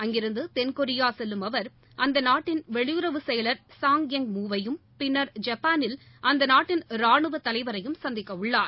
அங்கிருந்துதென்கொரியாசெல்லும் அவர் அந்தநாட்டின் வெளியுறவு செயலர் சாங் யங் மூ வையும் பின்னர் ஜப்பானில் அந்தநாட்டின் ராணுவதலைவரையும் சந்திக்கவுள்ளார்